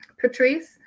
Patrice